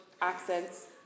accents